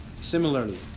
similarly